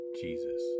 Jesus